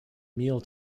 meal